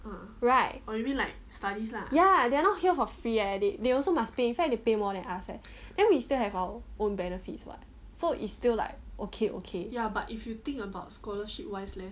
right ya they're not here for free in fact they pay more than us eh then we still have our own benefits what so is still like okay okay